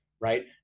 right